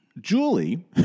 Julie